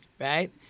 right